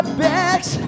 bags